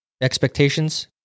expectations